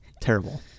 Terrible